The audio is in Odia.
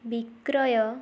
ବିକ୍ରୟ